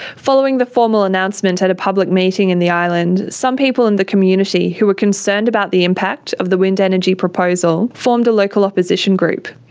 following the formal announcement at a public meeting in the island, some people in the community who were concerned about the impact of the wind energy proposal formed a local opposition group.